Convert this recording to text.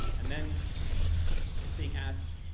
and then it's being asked,